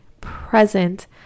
present